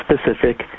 specific